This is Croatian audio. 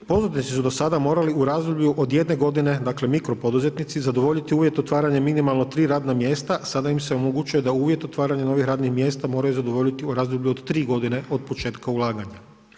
Poduzetnici su do sada morali u razdoblju od jedne godine dakle, mikropoduzetnici, zadovoljiti uvjet otvaranja minimalno tri radna mjesta, sada im se omogućuje da uvjet otvaranja novih radnih mjesta mora zadovoljiti u razdoblju od tri godine od početka ulaganja.